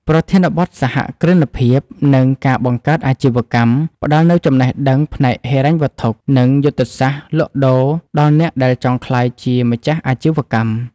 ប្រធានបទ សហគ្រិនភាព និងការបង្កើតអាជីវកម្ម ផ្ដល់នូវចំណេះដឹងផ្នែកហិរញ្ញវត្ថុ និងយុទ្ធសាស្ត្រលក់ដូរដល់អ្នកដែលចង់ក្លាយជាម្ចាស់អាជីវកម្ម។